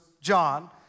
John